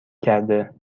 کرده